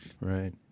right